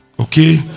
okay